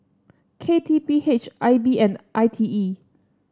K T P H I B and I T E